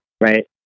Right